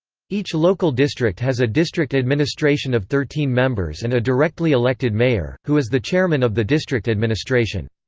each local district has a district administration of thirteen members and a directly elected mayor, who is the chairman of the district administration.